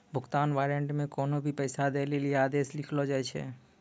भुगतान वारन्ट मे कोन्हो भी पैसा दै लेली आदेश लिखलो जाय छै